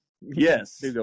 Yes